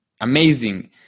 amazing